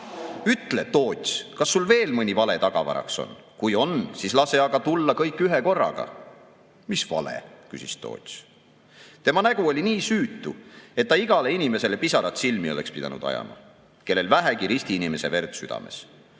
Toots, kas sul veel mõni vale tagavaraks on? Kui on, siis lase aga tulla kõik ühekorraga.""Mis vale?" küsis Toots. Tema nägu oli nii süütu, et ta igale inimesele pisarad silmi oleks pidanud ajama, kellel vähegi ristiinimese verd südames.